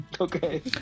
okay